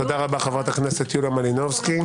תודה רבה, חברת הכנסת יוליה מלינובסקי.